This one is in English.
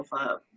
up